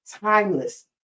timeless